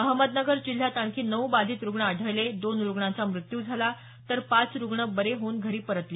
अहमदनगर जिल्ह्यात आणखी नऊ बाधित रुग्ण आढळले दोन रुग्णांचा मृत्यू झाला तर पाच रुग्ण बरे होऊन घरी परतले